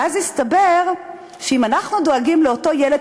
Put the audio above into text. ואז הסתבר שאם אנחנו דואגים לאותו ילד